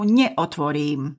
neotvorím